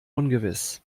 ungewiss